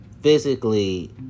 physically